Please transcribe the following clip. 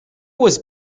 was